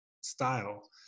style